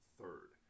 third